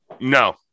No